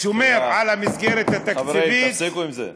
שומר על המסגרת התקציבית, חברים, תפסיקו עם זה.